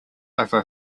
over